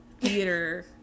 theater